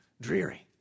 Dreary